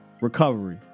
recovery